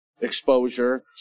exposure